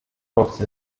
crossed